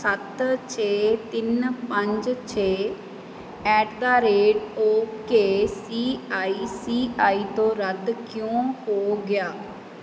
ਸੱਤ ਛੇ ਤਿੰਨ ਪੰਜ ਛੇ at the rate okay C I C I ਤੋਂ ਰੱਦ ਕਿਉਂ ਹੋ ਗਿਆ